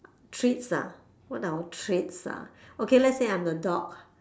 treats ah what our treats ah okay let's say I'm a dog